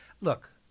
look